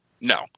No